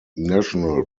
national